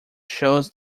shows